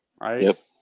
right